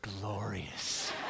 glorious